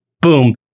boom